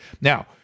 Now